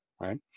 right